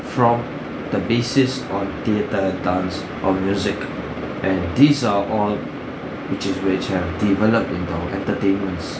from the basis on theatre dance or music and these are all which is which have developed in our entertainments